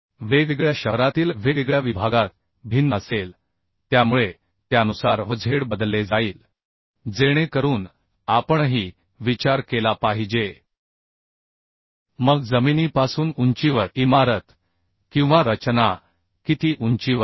वेगवेगळ्या शहरातील वेगवेगळ्या विभागात भिन्न असेल त्यामुळे त्यानुसार Vz बदलले जाईल जेणेकरून आपणही विचार केला पाहिजे मग जमिनीपासून उंचीवर इमारत किंवा रचना किती उंचीवर आहे